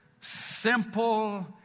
simple